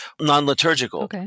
non-liturgical